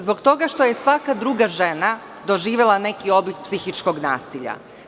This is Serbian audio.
Zbog toga što je svaka druga žena doživela neki oblik psihičkog nasilja.